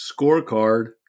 scorecard